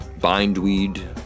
bindweed